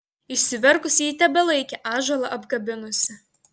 išsiverkusi ji tebelaikė ąžuolą apkabinusi